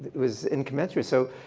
was incommensurate. so